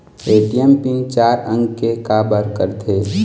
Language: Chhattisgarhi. ए.टी.एम पिन चार अंक के का बर करथे?